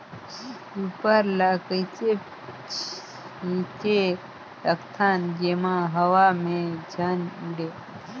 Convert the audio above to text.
Super ल कइसे छीचे सकथन जेमा हवा मे झन उड़े?